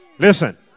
Listen